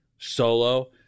Solo